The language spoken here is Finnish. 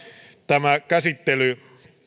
tämä käsittely